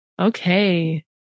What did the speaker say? Okay